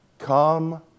Come